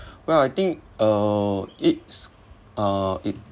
well I think uh it's uh it